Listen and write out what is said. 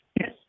Yes